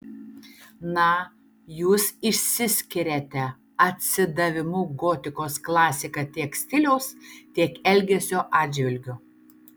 na jūs išsiskiriate atsidavimu gotikos klasika tiek stiliaus tiek elgesio atžvilgiu